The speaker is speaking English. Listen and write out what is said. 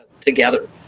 together